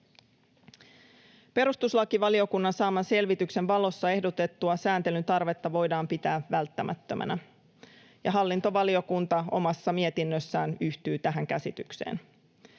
Perustuslakivaliokunnan saaman selvityksen valossa ehdotettua sääntelyn tarvetta voidaan pitää välttämättömänä, ja hallintovaliokunta omassa mietinnössään yhtyy tähän käsitykseen.